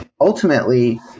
ultimately